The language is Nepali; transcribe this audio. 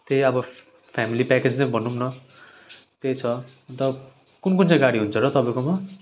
त्यही अब फेमिली प्याकेज नै भनौँ न त्यही छ अन्त कुन कुन चाहिँ गाडी हुन्छ र तपाईँकोमा